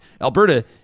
alberta